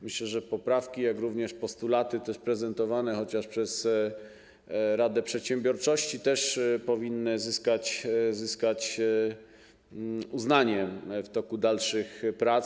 Myślę, że poprawki, jak również postulaty prezentowane chociażby przez Radę Przedsiębiorczości, też powinny zyskać uznanie w toku dalszych prac.